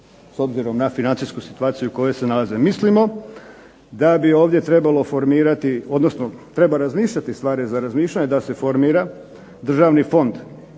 s obzirom na situaciju u kojoj se nalaze. Mislimo da bi ovdje trebalo formirati, odnosno treba razmišljati, stvar je za razmišljanje da se formira državni fond